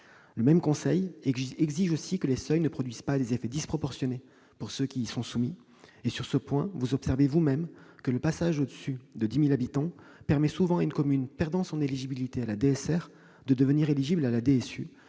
constitutionnel exige également que les seuils ne produisent pas des effets disproportionnés pour ceux qui y sont soumis. Sur ce point, vous observez vous-même que le passage au-dessus des 10 000 habitants permet souvent à une commune perdant son éligibilité à la DSR de devenir bénéficiaire de la DSU